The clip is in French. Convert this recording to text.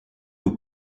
aux